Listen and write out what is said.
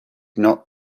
not